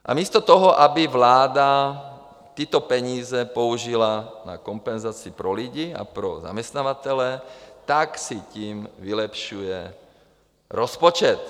A místo toho, aby vláda tyto peníze použila na kompenzaci pro lidi a pro zaměstnavatele, tak si tím vylepšuje rozpočet.